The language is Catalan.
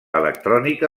electrònica